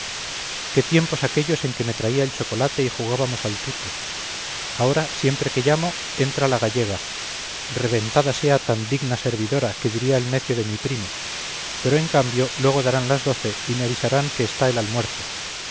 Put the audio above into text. qué tiempos aquellos en que me traía el chocolate y jugábamos al tute ahora siempre que llamo entra la gallega reventada sea tan digna servidora que diría el necio de mi primo pero en cambio luego darán las doce y me avisarán que está el almuerzo